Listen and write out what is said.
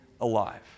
alive